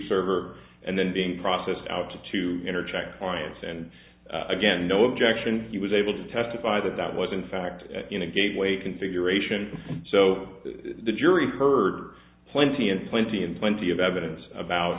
server and then being processed out to interject clients and again no objection he was able to testify that that was in fact in a gateway configuration so the jury heard plenty in plenty and plenty of evidence about